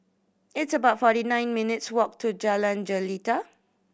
it's about forty nine minutes' walk to Jalan Jelita